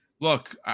look